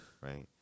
Right